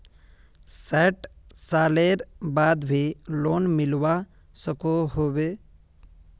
सैट सालेर बाद भी लोन मिलवा सकोहो होबे?